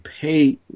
pay